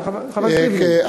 חבר הכנסת דרעי, אתה יכול לשבת.